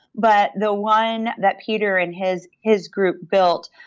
but the one that peter and his his group built,